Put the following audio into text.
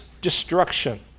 destruction